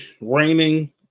raining